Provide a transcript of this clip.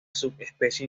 subespecie